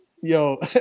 Yo